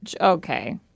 okay